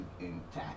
intact